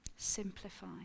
Simplify